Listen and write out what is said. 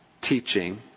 teaching